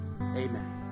Amen